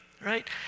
right